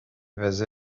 basé